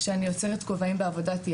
אני יוצרת כובעים בעבודת יד,